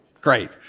Great